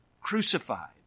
Crucified